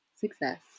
success